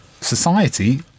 society